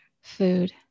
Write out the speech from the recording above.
food